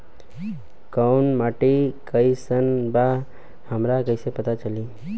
कोउन माटी कई सन बा हमरा कई से पता चली?